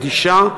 אדישה,